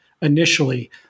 initially